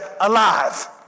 alive